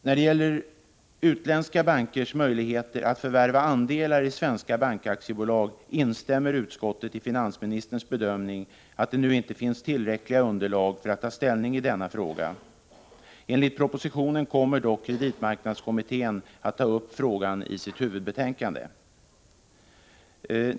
När det gäller utländska bankers möjligheter att förvärva andelar i svenska bankaktiebolag instämmer utskottet i finansministerns bedömning att det nu inte finns tillräckligt underlag för att ta ställning i denna fråga. Enligt propositionen kommer dock kreditmarknadskommittén att ta upp frågan i sitt huvudbetänkande.